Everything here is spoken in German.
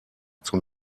zum